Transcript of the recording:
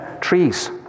trees